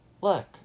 look